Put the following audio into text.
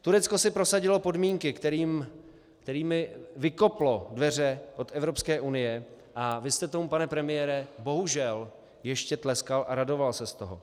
Turecko si prosadilo podmínky, kterými vykoplo dveře od Evropské unie, a vy jste tomu, pane premiére, bohužel ještě tleskal a radoval se z toho.